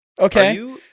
Okay